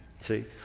See